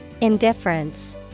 Indifference